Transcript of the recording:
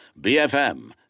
BFM